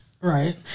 right